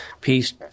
peace